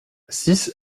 six